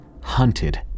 hunted